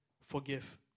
forgive